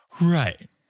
Right